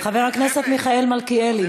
חבר הכנסת מיכאל מלכיאלי,